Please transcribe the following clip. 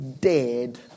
dead